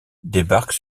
débarque